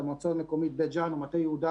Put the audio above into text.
המועצה המקומית בית ג'אן ומטה יהודה,